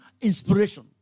inspiration